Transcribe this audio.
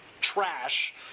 trash